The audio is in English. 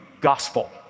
gospel